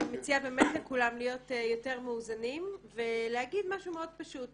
אני מציעה לכולם להיות יותר מאוזנים ולהגיד משהו מאוד פשוט.